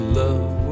love